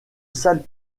salle